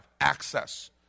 access